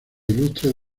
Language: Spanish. ilustres